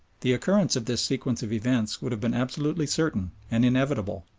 the occurrence of this sequence of events would have been absolutely certain and inevitable,